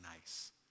nice